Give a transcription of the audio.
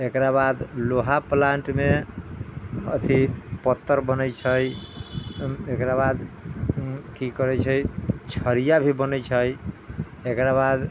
एकराबाद लोहा प्लान्टमे अथी पत्तर बनै छै एकराबाद की कहै छै छरिया भी बनै छै एकराबाद